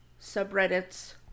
subreddits